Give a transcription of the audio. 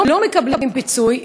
לא מקבלים פיצוי,